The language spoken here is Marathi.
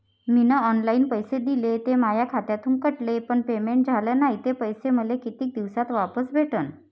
मीन ऑनलाईन पैसे दिले, ते माया खात्यातून कटले, पण पेमेंट झाल नायं, ते पैसे मले कितीक दिवसात वापस भेटन?